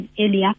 earlier